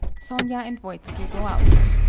sonia and voitski go out.